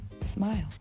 smile